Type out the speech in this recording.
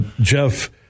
Jeff